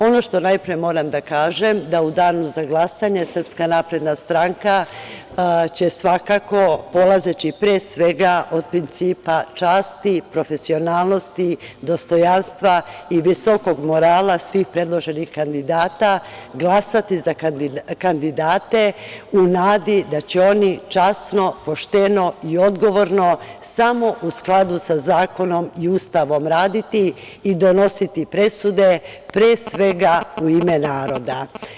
Ono što najpre moram da kažem jeste da u danu za glasanje SNS će svakako, polazeći, pre svega, od principa časti, profesionalnosti, dostojanstva i visokog morala svih predloženih kandidata, glasati za kandidate u nadi da će oni časno, pošteno i odgovorno, samo u skladu sa zakonom i Ustavom raditi i donositi presude, pre svega, u ime naroda.